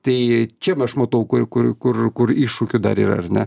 tai čia aš matau kur kur kur kur iššūkių dar yra ar ne